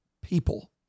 people